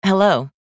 Hello